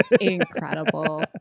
Incredible